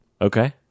Okay